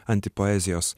anti poezijos